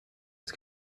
his